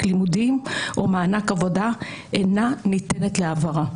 לימודים או מענק עבודה אינה ניתנת להעברה.